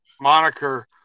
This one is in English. moniker